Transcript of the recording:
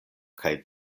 kaj